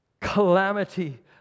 calamity